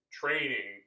training